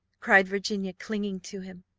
cried virginia, clinging to him.